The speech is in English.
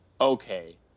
okay